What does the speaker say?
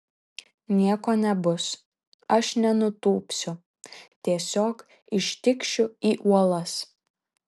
nieko nebus aš nenutūpsiu tiesiog ištikšiu į uolas